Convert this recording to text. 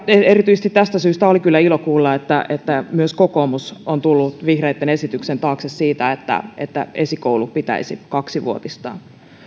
erityisesti tästä syystä oli kyllä ilo kuulla että että myös kokoomus on tullut vihreitten esityksen taakse siinä että esikoulu pitäisi kaksivuotistaa